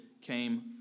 came